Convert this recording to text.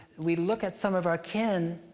we look at some of our kin,